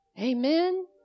Amen